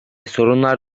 sorunlar